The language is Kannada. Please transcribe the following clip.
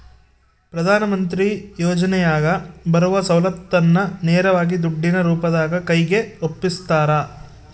ಪ್ರಧಾನ ಮಂತ್ರಿ ಯೋಜನೆಯಾಗ ಬರುವ ಸೌಲತ್ತನ್ನ ನೇರವಾಗಿ ದುಡ್ಡಿನ ರೂಪದಾಗ ಕೈಗೆ ಒಪ್ಪಿಸ್ತಾರ?